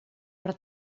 per